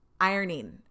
ironing